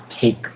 take